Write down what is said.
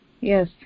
yes